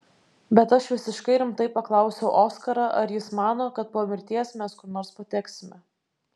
bet aš visiškai rimtai paklausiau oskarą ar jis mano kad po mirties mes kur nors pateksime